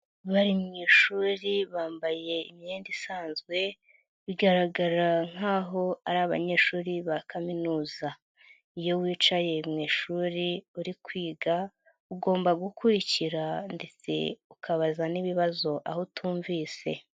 Bari mu ishuri bambaye imyenda isanzwe, bigaragara nkaho ari abanyeshuri ba kaminuza. Iyo wicaye mu ishuri uri kwiga, ugomba gukurikira ndetse ukabaza n'ibibazo aho utumvise.